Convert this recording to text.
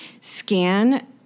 scan